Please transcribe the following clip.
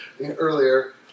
earlier